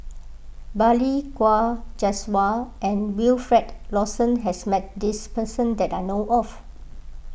Balli Kaur Jaswal and Wilfed Lawson has met this person that I know of